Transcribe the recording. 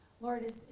Lord